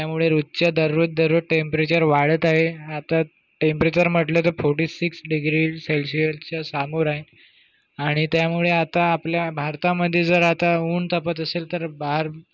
त्यामुळे रोजच्या दररोज दररोज टेंप्रेचर वाढत आहे आता टेंप्रेचर म्हटलं तर फोर्टी सिक्स डिग्री सेल्शियसच्या समोर आहे आणि त्यामुळे आता आपल्या भारतामध्ये जर आता ऊन तापत असेल तर बाहेर